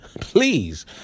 please